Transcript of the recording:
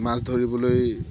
মাছ ধৰিবলৈ